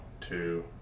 two